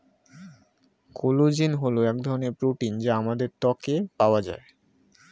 collagen হল এক ধরনের প্রোটিন যা আমাদের ত্বকে পাওয়া যায়